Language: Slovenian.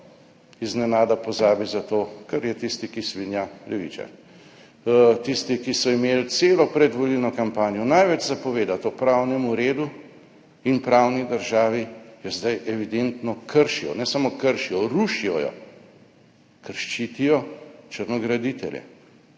iznenada pozabi zato, ker je tisti, ki svinja, levičar. Tisti, ki so imeli celo predvolilno kampanjo največ za povedati o pravnem redu in pravni državi, jo zdaj evidentno kršijo, ne samo kršijo, rušijo jo, ker ščitijo črnograditelje.